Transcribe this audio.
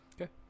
Okay